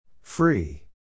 Free